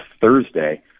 Thursday